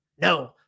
No